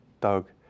Doug